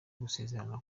gusezerana